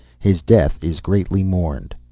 his death is greatly mourned.